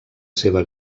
seva